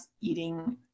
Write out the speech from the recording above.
eating